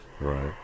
Right